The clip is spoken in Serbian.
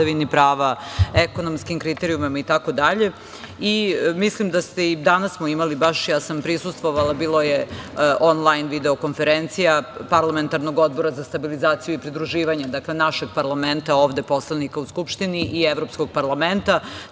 itd. I danas smo baš imali baš, ja sam prisustvovala, bila je onlajn video-konferencija Parlamentarnog odbora za stabilizaciju i pridruživanje našeg parlamenta ovde, poslanika u Skupštini, i Evropskog parlamenta,